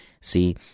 See